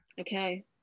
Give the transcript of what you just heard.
okay